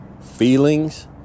Feelings